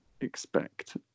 expect